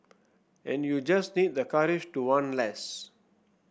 and you just need the courage to want less